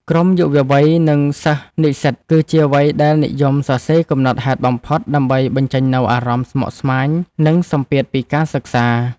ក្រុមយុវវ័យ និងសិស្សនិស្សិត គឺជាវ័យដែលនិយមសរសេរកំណត់ហេតុបំផុត ដើម្បីបញ្ចេញនូវអារម្មណ៍ស្មុគស្មាញ និងសម្ពាធពីការសិក្សា។